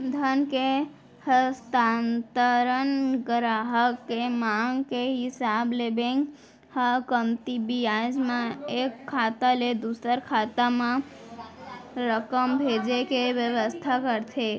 धन के हस्तांतरन गराहक के मांग के हिसाब ले बेंक ह कमती बियाज म एक खाता ले दूसर खाता म रकम भेजे के बेवस्था करथे